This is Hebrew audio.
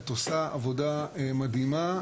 שאת עושה עבודה מדהימה,